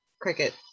Cricket